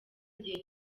igihe